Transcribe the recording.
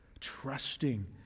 trusting